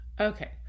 Okay